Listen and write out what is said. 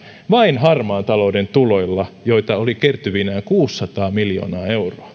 vain harmaan talouden tuloilla joita oli kertyvinään kuusisataa miljoonaa euroa